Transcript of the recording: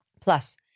Plus